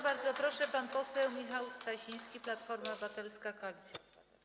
Bardzo proszę, pan poseł Michał Stasiński, Platforma Obywatelska - Koalicja Obywatelska.